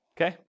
okay